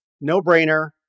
no-brainer